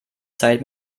zeit